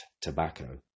tobacco